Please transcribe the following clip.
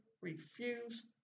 refuse